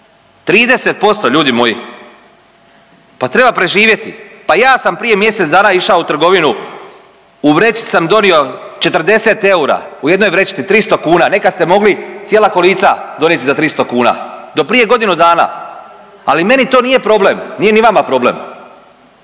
30%, ljudi moji. Pa treba preživjeti. Pa ja sam prije mjesec dana išao u trgovinu, u vrećici sam donio 40 eura. U jednoj vrećici, 300 kuna. Nekad ste mogli cijela kolica donijeti za 300 kuna. Do prije godinu dana. Ali meni to nije problem, nije ni vama problem